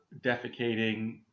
defecating